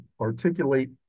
articulate